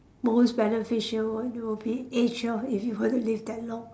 most beneficial one would be age lor if you want to live that long